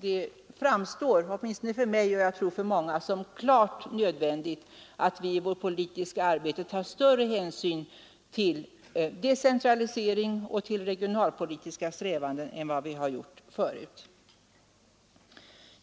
Det framstår — åtminstone för mig och jag tror för många — som klart nödvändigt att vi i vårt politiska arbete tar större hänsyn till decentraliseringsaspekten och till regionalpolitiska strävanden än vad vi har gjort förut.